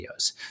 videos